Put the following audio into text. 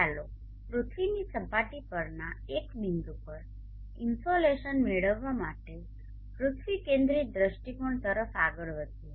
ચાલો પૃથ્વીની સપાટી પરના એક બિંદુ પર ઇન્સોલેશન મેળવવા માટે પૃથ્વી કેન્દ્રિત દૃષ્ટિકોણ તરફ આગળ વધીએ